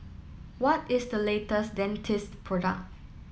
what is the latest Dentiste product